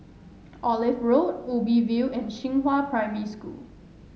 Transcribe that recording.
Olive Road Ubi View and Xinghua Primary School